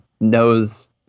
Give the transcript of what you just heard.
Knows